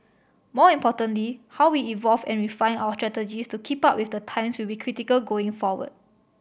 more importantly how we evolve and refine our strategies to keep up with the times will be critical going forward